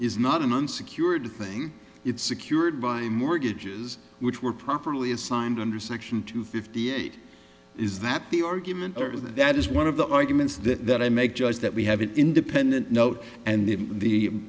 is not an unsecured thing it's secured by mortgages which were properly assigned under section two fifty eight is that the argument or that that is one of the arguments that that i make just that we have an independent note and if the